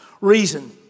reason